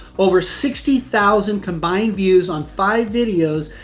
over sixty thousand combined views on five videos,